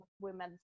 women